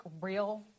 real